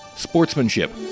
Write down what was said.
Sportsmanship